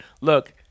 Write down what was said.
look